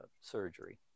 surgery